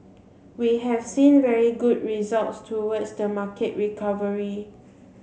we have seen very good results towards the market recovery